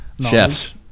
chefs